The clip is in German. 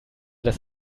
das